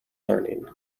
learning